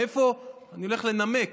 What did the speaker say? אני הולך לנמק